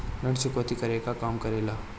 ऋण चुकौती केगा काम करेले?